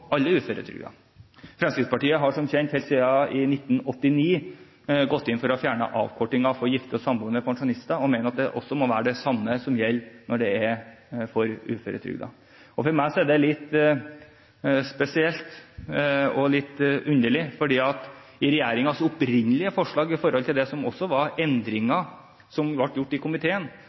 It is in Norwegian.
alle uføretrygdede. Fremskrittspartiet har som kjent helt siden 1989 gått inn for å fjerne avkortingen for gifte og samboende pensjonister og mener at det samme også må gjelde for uføretrygdede. For meg er dette litt spesielt og litt underlig, for i regjeringens opprinnelige forslag med hensyn til det som også var endringer som ble gjort i komiteen,